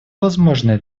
возможное